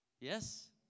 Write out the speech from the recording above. yes